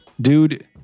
dude